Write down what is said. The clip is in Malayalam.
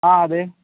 ആ അതെ